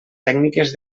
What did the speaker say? tècniques